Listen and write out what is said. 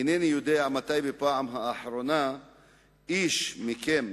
אינני יודע מתי בפעם האחרונה מישהו מכם,